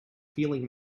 feeling